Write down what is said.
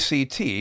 ACT